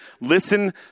Listen